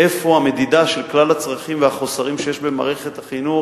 איפה המדידה של כלל הצרכים והחסרים שיש במערכת החינוך,